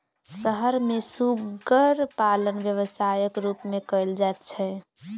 शहर मे सुग्गर पालन व्यवसायक रूप मे कयल जाइत छै